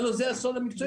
הלא זה הסוד המקצועי.